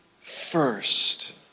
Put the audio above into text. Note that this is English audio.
first